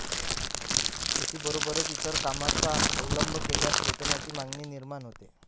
शेतीबरोबरच इतर कामांचा अवलंब केल्यास वेतनाची मागणी निर्माण होते